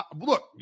look